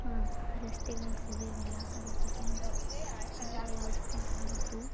ರಸ್ತೆಗಳು ಸರಿ ಇರಲಿಲ್ಲ ಅದರ ಬಗ್ಗೆಯೂ ಪಾಪ ಎಲ್ಲ ವ್ಯವಸ್ಥೆ ಮಾಡಿದ್ರು